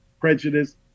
prejudice